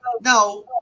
now